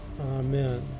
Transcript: Amen